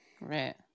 Right